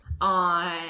on